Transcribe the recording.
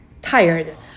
tired